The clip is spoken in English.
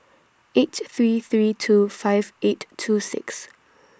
eight three three two five eight two six